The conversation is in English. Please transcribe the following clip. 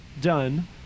done